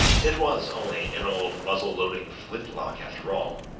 it was only an old muzzle-loading flint-lock after all,